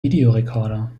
videorekorder